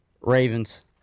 Ravens